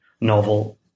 novel